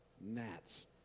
gnats